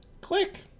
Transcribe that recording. Click